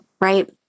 right